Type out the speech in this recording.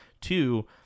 two